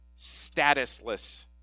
statusless